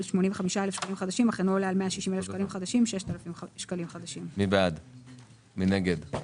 אמרנו שתהיה את האופציה בין ינואר-פברואר 2020